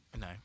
no